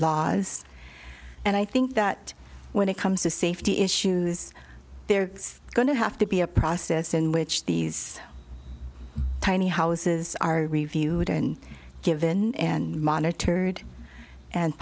laws and i think that when it comes to safety issues there it's going to have to be a process in which these tiny houses are reviewed and given and monitored and